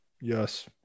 Yes